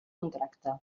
contracte